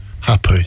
happy